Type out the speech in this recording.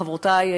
חברותי,